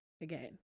Again